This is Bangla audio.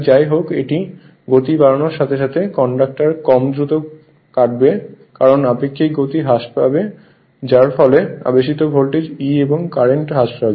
যাইহোক এটি গতি বাড়ানোর সাথে সাথে কন্ডাক্টর কম দ্রুত কাটবে কারণ আপেক্ষিক গতি হ্রাস পাবে যার ফলে আবেশিত ভোল্টেজ E এবং কারেন্ট হ্রাস পাবে